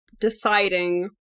deciding